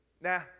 Nah